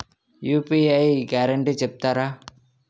UPI guarantee చెప్తారా?